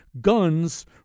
guns